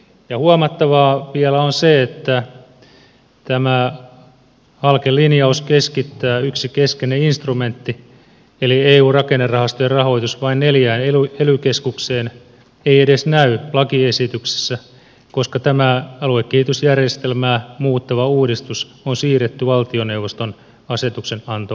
ja huomattavaa vielä on se että tämä halken linjaus keskittää yksi keskeinen instrumentti eli eu rakennerahastojen rahoitus vain neljään ely keskukseen ei edes näy lakiesityksessä koska tämä aluekehitysjärjestelmää muuttava uudistus on siirretty valtioneuvoston asetuksenantovaltuuteen